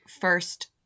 first